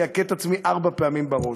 אכה את עצמי ארבע פעמים בראש.